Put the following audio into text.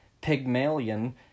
Pygmalion